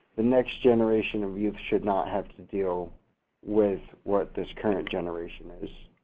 the next generation of youth should not have to deal with what this current generation is.